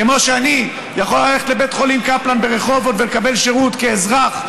כמו שאני יכול ללכת לבית חולים קפלן ברחובות ולקבל שירות כאזרח,